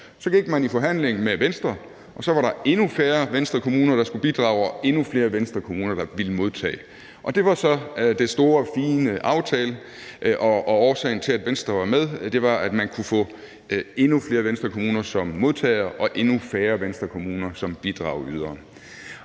Så gik man i forhandling med Venstre, og så var der endnu færre Venstrekommuner, der skulle bidrage, og endnu flere Venstrekommuner, der ville modtage. Det var så den store, fine aftale, og årsagen til, at Venstre var med, var, at man kunne få endnu flere Venstrekommuner som modtagere og endnu færre Venstrekommuner som bidragydere.